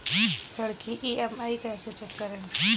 ऋण की ई.एम.आई कैसे चेक करें?